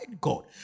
God